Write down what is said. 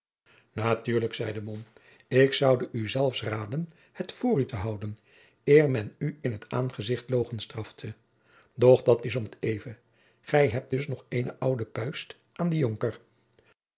natuurlijk zeide mom ik zoude u zelfs raden het voor u te houden eer men u in t aanzicht logenstrafte doch dat is om t even gij hebt dus nog eene oude puist aan dien jonker